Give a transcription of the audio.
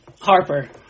Harper